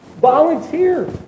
Volunteer